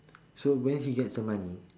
so where he gets the money